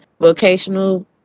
vocational